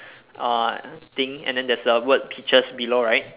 uh I think and then there's the word peaches below right